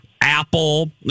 Apple